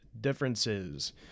differences